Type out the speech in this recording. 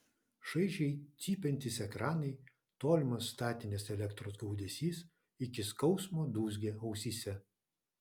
šaižiai cypiantys ekranai tolimas statinės elektros gaudesys iki skausmo dūzgė ausyse